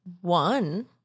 one